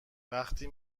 وقتی